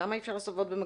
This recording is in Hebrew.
למה אי אפשר לעשות במקביל.